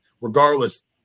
regardless